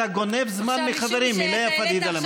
אתה גונב זמן מחברים, מלאה פדידה, למשל.